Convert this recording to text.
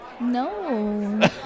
No